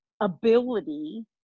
ability